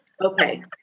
Okay